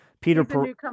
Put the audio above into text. peter